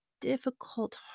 difficult